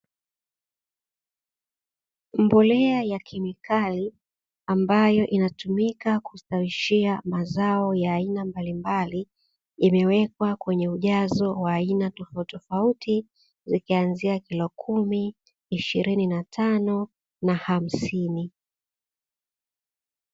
Mbolea ya kemikali ambayo inatumika kustawishia mazao ya aina mbalimbali imewekwa kwenye ujazo wa aina tofautitofauti, ikianzia kilo kumi, ishirini na tano na hamsini.